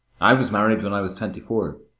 i was married when i was twenty-four.